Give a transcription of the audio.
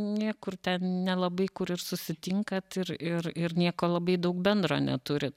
niekur nelabai kur ir susitinkat ir ir ir nieko labai daug bendro neturit